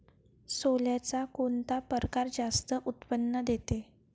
सोल्याचा कोनता परकार जास्त उत्पन्न देते?